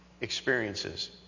experiences